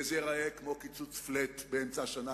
וזה ייראה כמו קיצוץ flat באמצע השנה,